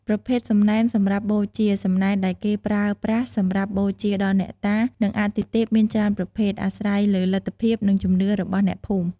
ប្រភេទសំណែនសម្រាប់បូជាសំណែនដែលគេប្រើប្រាស់សម្រាប់បូជាដល់អ្នកតា និងអាទិទេពមានច្រើនប្រភេទ អាស្រ័យលើលទ្ធភាព និងជំនឿរបស់អ្នកភូមិ។